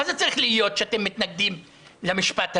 מה זה צריך להיות שאתם מתנגדים למשפט הזה,